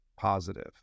positive